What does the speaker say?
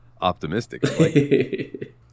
optimistic